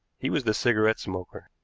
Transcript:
he was the cigarette smoker.